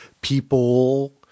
people –